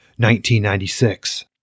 1996